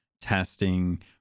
testing